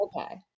Okay